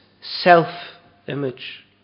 self-image